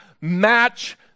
match